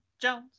jones